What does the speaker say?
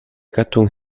gattung